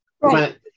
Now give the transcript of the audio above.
Right